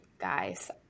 guys